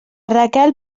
raquel